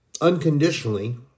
unconditionally